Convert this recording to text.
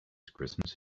christmas